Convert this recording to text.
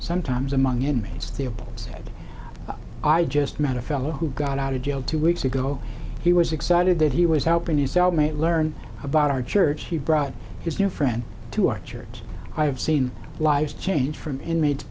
sometimes among inmates theobald said i just met a fellow who got out of jail two weeks ago he was excited that he was helping his cellmate learn about our church he brought his new friend to our church i have seen lives change from inmates